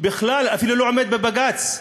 בכלל אפילו לא עומד בבג"ץ.